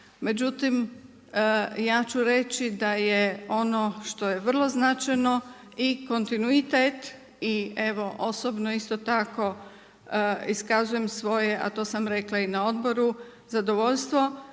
Međutim, ja ću reći da je ono što je vrlo značajno i kontinuitet i evo osobno isto tako iskazujem svoje, a to sam rekla i na odboru zadovoljstvo,